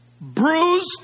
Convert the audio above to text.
bruised